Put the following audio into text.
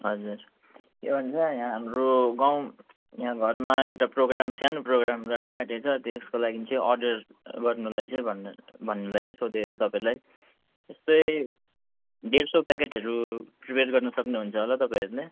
हजुर के भन्छ यहाँ हाम्रो गाउँ यहाँ घरमा एउटा प्रोग्राम सानो प्रोग्राम राख्नु आँटेको छ त्यसको लागि चाहिँ अडर गर्नुलाई चाहिँ भन्नु भन्नुलाई चाहिँ सोधेको तपाईँलाई जस्तो डेढ सय प्याकेटहरू प्रिपेयर गर्न सक्नु हुन्छ होला तपाईँहरूले